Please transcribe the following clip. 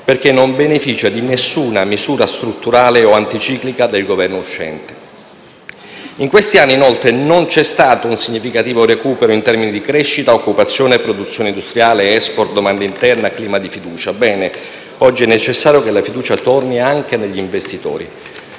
perché non beneficia di alcuna misura strutturale o anticiclica del Governo uscente. In questi anni, inoltre, non c'è stato un significativo recupero in termini di crescita, occupazione, produzione industriale, *export*, domanda interna e clima di fiducia. Bene: oggi è necessario che la fiducia torni anche negli investitori.